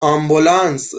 آمبولانس